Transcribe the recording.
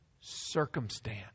circumstance